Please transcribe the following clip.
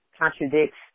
contradicts